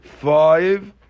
five